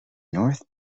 north